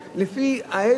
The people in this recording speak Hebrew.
לפי המיעוט שבמיעוט,